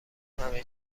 همه